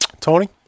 tony